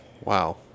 Wow